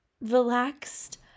relaxed